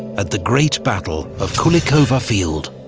at the great battle of kulikovo field.